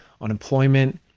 unemployment